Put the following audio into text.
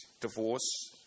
divorce